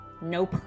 No